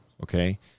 Okay